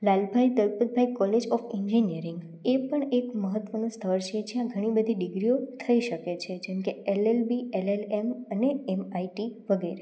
Lalbhai Dalpatbhai college of engineering એ પણ એક મહત્વનું સ્થળ છે જ્યાં ઘણી બધી ડિગ્રીઓ થઈ શકે જેમ કે એલએલબી એલએલએમ અને એમઆઈટી વગેરે